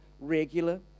regular